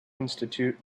institute